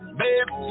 baby